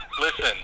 Listen